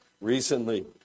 recently